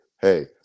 Hey